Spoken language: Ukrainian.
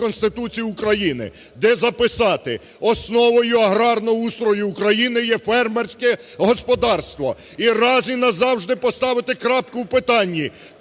Конституції України, де записати: основою аграрного устрою України є фермерське господарство. І раз і назавжди поставити крапку у питанні: